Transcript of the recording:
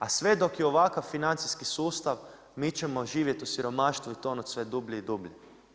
A sve dok je ovakav financijski sustav, mi ćemo živjeti u siromaštvu i tonuti sve dublje i dublje.